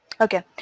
Okay